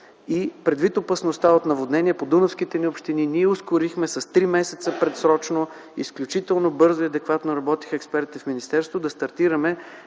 Предвид опасността от наводнения по Дунавските ни общини, ние ускорихме с три месеца предсрочно, изключително бързо и адекватно работиха експертите в министерството да стартираме